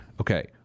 Okay